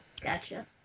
Gotcha